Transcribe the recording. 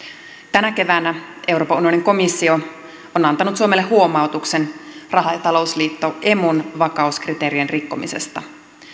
tänä keväänä euroopan unionin komissio on antanut suomelle huomautuksen raha ja talousliitto emun vakauskriteerien rikkomisesta